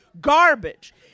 garbage